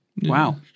wow